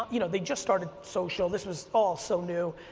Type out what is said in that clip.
you know they just started social, this was all so new,